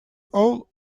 all